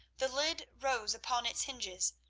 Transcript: the lid rose upon its hinges,